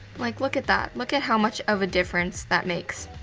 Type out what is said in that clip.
like, look at that. look at how much of a difference that makes.